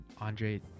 andre